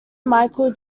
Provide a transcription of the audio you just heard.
michael